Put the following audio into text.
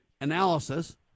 analysis